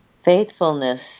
Faithfulness